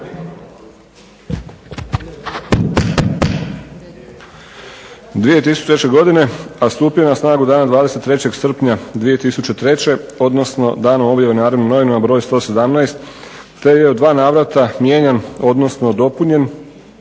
2003. godine, a stupio je na snagu dana 23. srpnja 2003., odnosno danom objave u "Narodnim novinama" broj 117 te je u dva navrata mijenjan odnosno dopunjen